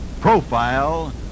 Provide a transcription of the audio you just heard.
profile